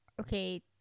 Okay